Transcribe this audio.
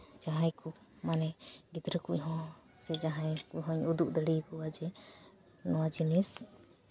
ᱡᱟᱦᱟᱸᱭ ᱠᱚ ᱢᱟᱱᱮ ᱜᱤᱫᱽᱨᱟᱹ ᱠᱚ ᱦᱚᱸ ᱥᱮ ᱡᱟᱦᱟᱸᱭ ᱠᱚᱦᱚᱸᱧ ᱩᱫᱩᱜ ᱫᱟᱲᱮ ᱟᱠᱚᱣᱟ ᱡᱮ ᱱᱚᱣᱟ ᱡᱤᱱᱤᱥ